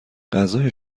غذای